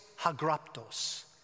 Hagraptos